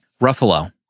Ruffalo